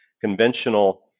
Conventional